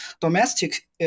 Domestic